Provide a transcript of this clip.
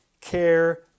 care